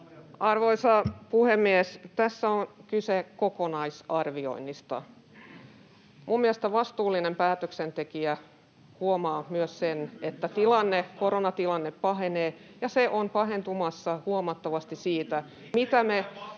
Arvoisa puhemies! Tässä on kyse kokonaisarvioinnista. Minun mielestäni vastuullinen päätöksentekijä huomaa myös sen, [Jani Mäkelä: Vastaa kysymykseen!] että koronatilanne pahenee, ja se on pahentumassa huomattavasti siitä, mitä me